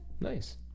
Nice